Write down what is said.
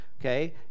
Okay